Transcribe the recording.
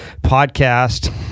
podcast